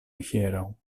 hieraŭ